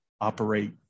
operate